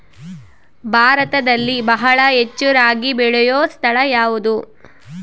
ಭಾರತದಲ್ಲಿ ಬಹಳ ಹೆಚ್ಚು ರಾಗಿ ಬೆಳೆಯೋ ಸ್ಥಳ ಯಾವುದು?